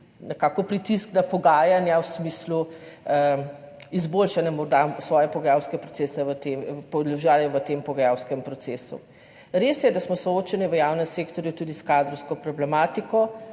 nekako pritisk na pogajanja, morda v smislu izboljšanja svojega položaja v tem pogajalskem procesu. Res je, da smo soočeni v javnem sektorju tudi s kadrovsko problematiko,